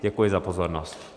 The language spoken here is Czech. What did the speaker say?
Děkuji za pozornost.